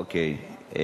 אוקיי.